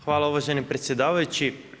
Hvala uvaženi predsjedavajući.